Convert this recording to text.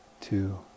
two